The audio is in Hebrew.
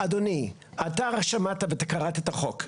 אדוני, אתה שמעת וקראת את החוק.